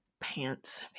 pants